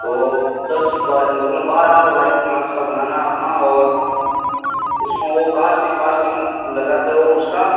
तो दस बाइ मतलब बारह बाइ पाँच का बनाना है अपना और उसमें वह कास्टिंग वास्टिंग लगाते हैं वह उसका